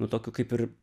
nu tokiu kaip ir